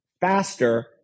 faster